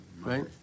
right